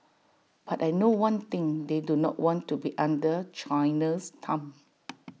but I know one thing they do not want to be under China's thumb